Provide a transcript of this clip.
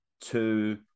two